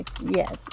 Yes